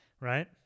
right